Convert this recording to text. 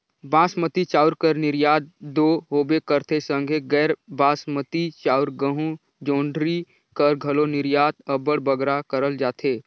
बासमती चाँउर कर निरयात दो होबे करथे संघे गैर बासमती चाउर, गहूँ, जोंढरी कर घलो निरयात अब्बड़ बगरा करल जाथे